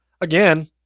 Again